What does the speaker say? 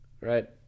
right